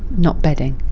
not bedding,